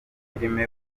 filime